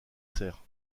cerfs